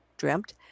dreamt